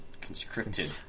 conscripted